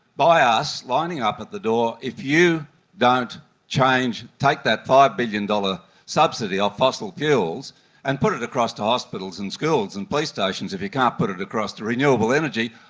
by us lining up at the door if you don't change, take that five billion dollars subsidy off fossil fuels and put it across to hospitals and schools and police stations if you can't put it across to renewable energy,